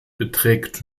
beträgt